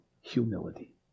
humility